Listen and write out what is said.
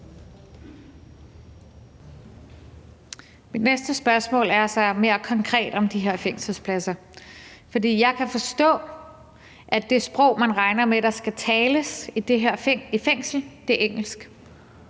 Mit næste spørgsmål er så mere konkret om de her fængselspladser, for jeg kan forstå, at det sprog, man regner med der skal tales i det her fængsel, er engelsk.